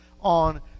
on